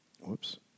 whoops